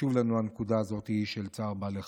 חשובה לנו הנקודה הזאת של צער בעלי חיים.